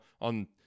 on